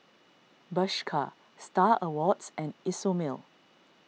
Bershka Star Awards and Isomil